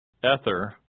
Ether